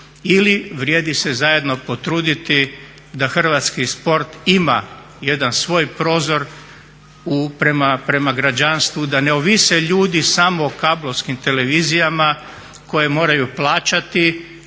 ili vrijedi se zajedno potruditi da hrvatski sport ima jedan svoj prozor prema građanstvu da ne ovise ljudi samo o kablovskim televizijama koje moraju plaćati,